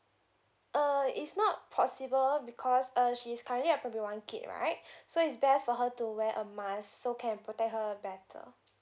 err it's not possible because err she's currently with everyone kid right so is best for her to wear a mask so can protect her better